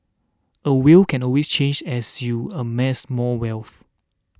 a will can always change as you amass more wealth